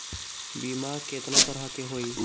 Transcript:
बीमा केतना तरह के होइ?